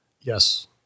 Yes